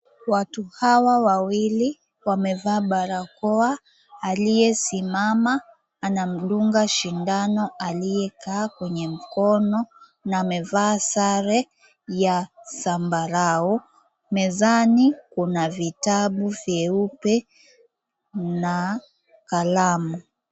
Watu hawa wawili wamevaa barakoa, aliyesimama anamdunga shindano aliyekaa kwenye mkono na amevaa sare ya zambarau. Mezani Kuna vitabu vyeupe na kalamu.